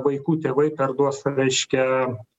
vaikų tėvai perduos reiškia